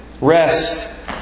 Rest